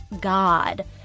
God